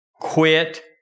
Quit